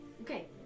Okay